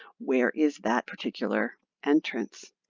where is that particular entrance?